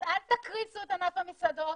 אז אל תקריסו את ענף המסעדות